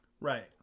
Right